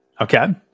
Okay